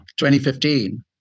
2015